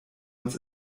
uns